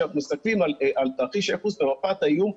שאנחנו מסתכלים על תרחיש ייחוס ומפת האיום,